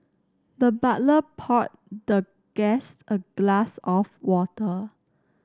the butler poured the guest a glass of water